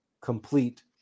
complete